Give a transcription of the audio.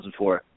2004